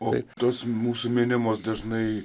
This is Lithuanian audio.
o tos mūsų minimos dažnai